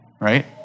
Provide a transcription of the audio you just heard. right